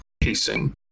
pacing